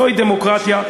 זוהי דמוקרטיה,